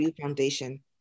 foundation